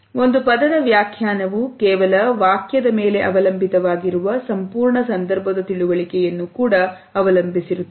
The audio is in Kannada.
ಒಂದು ಪದದ ವ್ಯಾಖ್ಯಾನವು ಕೇವಲ ವಾಕ್ಯದ ಮೇಲೆ ಅವಲಂಬಿತವಾಗಿರುವ ಸಂಪೂರ್ಣ ಸಂದರ್ಭದ ತಿಳುವಳಿಕೆಯನ್ನು ಕೂಡ ಅವಲಂಬಿಸಿರುತ್ತದೆ